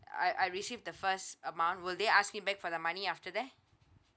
I I receive the first amount will they ask me back for the money after that